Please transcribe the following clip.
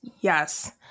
yes